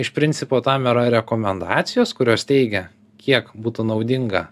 iš principo tam yra rekomendacijos kurios teigia kiek būtų naudinga